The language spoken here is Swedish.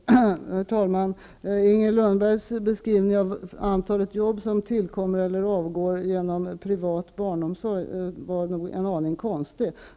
Herr talman! Inger Lundbergs beskrivning av antalet jobb som tillkommer eller avgår genom privat barnomsorg var en aning konstig.